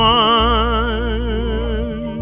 one